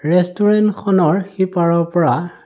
ৰেষ্টুৰেণ্টখনৰ সিপাৰৰ পৰা